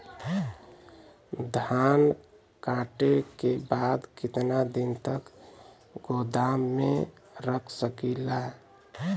धान कांटेके बाद कितना दिन तक गोदाम में रख सकीला?